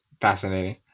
fascinating